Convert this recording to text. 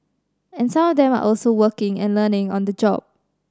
and some of them are also working and learning on the job